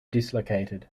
dislocated